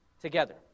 together